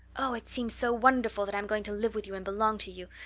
oh, it seems so wonderful that i'm going to live with you and belong to you.